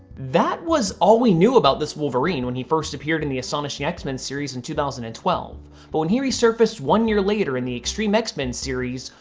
that was all we knew about this wolverine when he first appeared in the astonishing x-men series in two thousand and twelve, but when he resurfaced one year later in the x-treme x-men series,